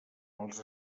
els